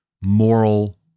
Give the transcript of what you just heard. moral